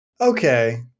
okay